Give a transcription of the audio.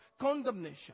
condemnation